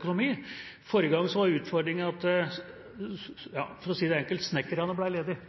økonomi. Forrige gang var utfordringen at – for å si det enkelt